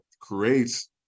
creates